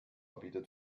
bietet